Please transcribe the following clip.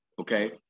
okay